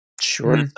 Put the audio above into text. sure